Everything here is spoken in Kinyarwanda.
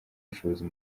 ubushobozi